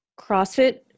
CrossFit